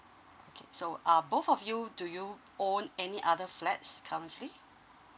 okay so uh both of you do you own any other flats currently